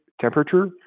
temperature